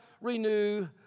renew